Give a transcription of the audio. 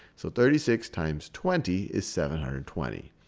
so thirty six times twenty is seven hundred and twenty.